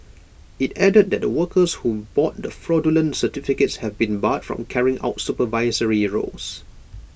IT added that the workers who bought the fraudulent certificates have been barred from carrying out supervisory roles